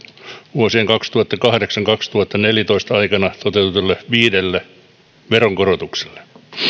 vuosien kaksituhattakahdeksan viiva kaksituhattaneljätoista aikana toteutetuille viidelle veronkorotukselle